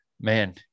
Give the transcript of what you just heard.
man